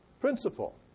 principle